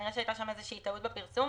כנראה שהייתה איזו שהיא טעות בפרסום.